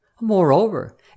Moreover